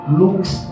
looks